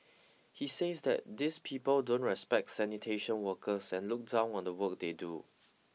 he says that these people don't respect sanitation workers and look down on the work they do